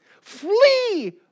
Flee